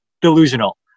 delusional